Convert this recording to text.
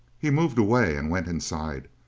he moved away and went inside.